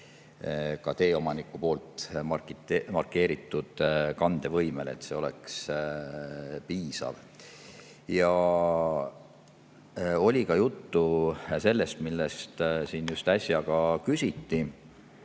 ka teeomaniku markeeritud kandevõimele, et see oleks piisav. Oli juttu ka sellest, mille kohta siin just äsja küsiti,